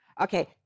okay